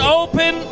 open